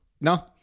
no